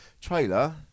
trailer